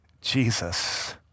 Jesus